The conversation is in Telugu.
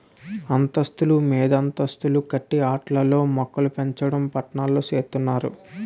అంతస్తులు మీదంతస్తులు కట్టి ఆటిల్లో మోక్కలుపెంచడం పట్నాల్లో సేత్తన్నారు